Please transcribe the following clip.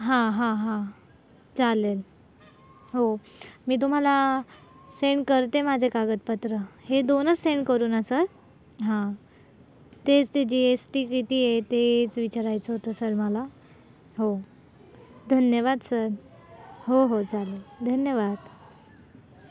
हां हां हां चालेल हो मी तुम्हाला सेंड करते माझे कागदपत्र हे दोनच सेंड करू न सर हां तेच ते जी एस टी किती आहे तेच विचारायचं होतं सर मला हो धन्यवाद सर हो हो चालेल धन्यवाद